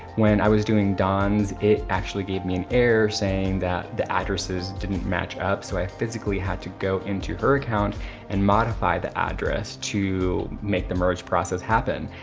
when i was doing dawn's it actually gave me an error saying that the addresses didn't match up. so i physically had to go into her account and modify the address to make the merge process happen.